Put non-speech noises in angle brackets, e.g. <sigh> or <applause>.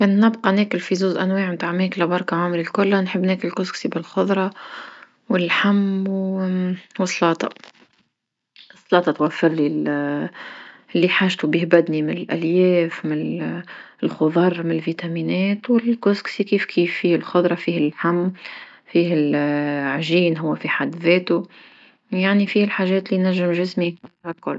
كان نبقا ناكل في زوج أنواع متاع مشكلة برك عمري كلها، نحب ناكل كسكسي بالخظرة واللحم <hesitation> وسلاطة، <noise> سلاطة توفرلي <hesitation> اللي حاجتي بيه بدني من الألياف من <hesitation> الخظر من الفيتامينات، والكسكسي كيف كيف فيه الخظرة فيه اللحم فيه <hesitation> عجينة هوا في حد ذاته يعني فيه الحجات اللي ينجم الجسم يحتاجها كل.